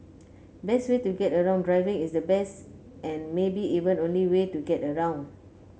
best way to get around Driving is the best and maybe even only way to get around